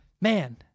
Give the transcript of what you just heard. man